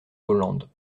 hollande